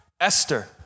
Esther